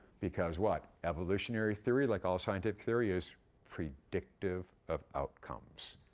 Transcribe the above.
because what? evolutionary theory, like all scientific theory, is predictive of outcomes.